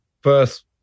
first